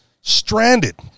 stranded